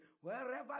wherever